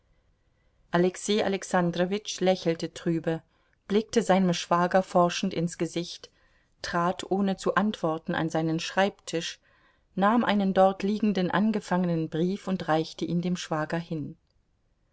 alexei alexandrowitsch lächelte trübe blickte seinem schwager forschend ins gesicht trat ohne zu antworten an seinen schreibtisch nahm einen dort liegenden angefangenen brief und reichte ihn dem schwager hin